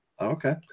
Okay